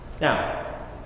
Now